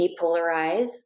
depolarize